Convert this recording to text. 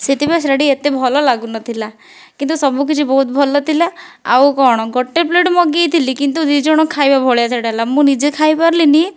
ସେଥିପାଇଁ ସେଟା ଟିକେ ଏତେ ଭଲ ଲାଗୁନଥିଲା କିନ୍ତୁ ସବୁ କିଛି ବହୁତ ଭଲ ଥିଲା ଆଉ କ'ଣ ଗୋଟେ ପ୍ଲେଟ୍ ମଗାଇଥିଲି କିନ୍ତୁ ଦୁଇ ଜଣ ଖାଇବା ଭଳିଆ ସେଟା ହେଲା ମୁଁ ନିଜେ ଖାଇପାରିଲିନି